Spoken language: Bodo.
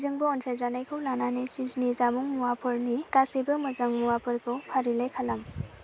बयजोंबो अनसायजानायखौ लानानै चीजनि जामुं मुवाफोरनि गासैबो मोजां मुंफोरखौ फारिलाइ खालाम